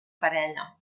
parella